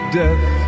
death